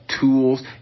Tools